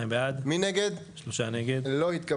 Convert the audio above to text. הצבעה בעד, 2 נגד, 3 נמנעים, 0 הרביזיה לא התקבלה.